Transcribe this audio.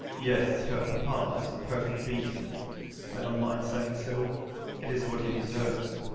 yes, her papa is a perfect beast, and i don't mind saying so it is what he deserves.